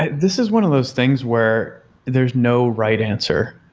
this is one of those things where there's no right answer.